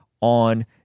on